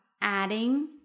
adding